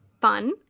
fun